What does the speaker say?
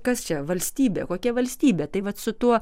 kas čia valstybė kokia valstybė tai vat su tuo